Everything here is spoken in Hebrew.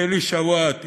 אלי שואט,